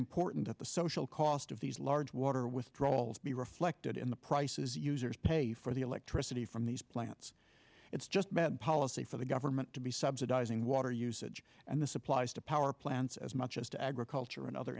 it the social cost of these large water withdrawals be reflected in the prices users pay for the electricity from these plants it's just bad policy for the government to be subsidizing water usage and this applies to power plants as much as to agriculture and other